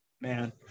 man